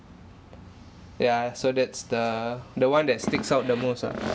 yeah so that's the the one that sticks out the most ah